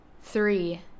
Three